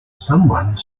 someone